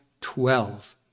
twelve